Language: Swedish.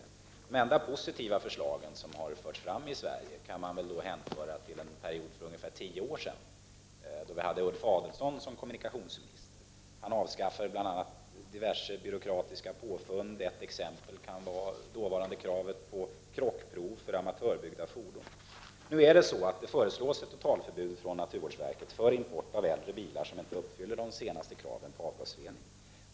De för de motorintresserade enda positiva förslag som förts fram i Sverige kom för cirka tio år sedan, då Ulf Adelsohn var kommunikationsminister. Han avskaffade bl.a. diverse byråkratiska påfund. Ett exempel härpå är det dåvarande kravet på krockprov för amatörbyggda fordon. Nu föreslår naturvårdsverket ett totalförbud mot import av äldre bilar, som inte uppfyller de senaste kraven på avgasrening.